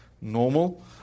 normal